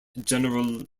general